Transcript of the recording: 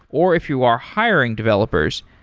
or if you are hiring developers,